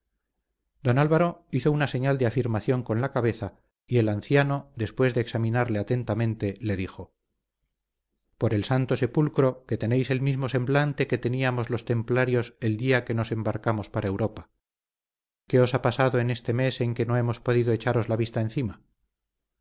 don álvaro hizo una señal de afirmación con la cabeza y el anciano después de examinarle atentamente le dijo por el santo sepulcro que tenéis el mismo semblante que teníamos los templarios el día que nos embarcamos para europa qué os ha pasado en este mes en que no hemos podido echaros la vista encima